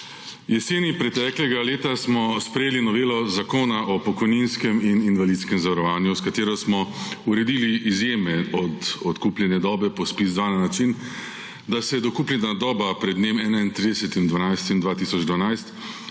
Jeseni preteklega leta smo sprejeli novelo zakona o pokojninskem in invalidskem zavarovanju, s katero smo uredili izjeme od odkupljene dobe po ZPIZ-2 način, da se dokupljena doba pred 31.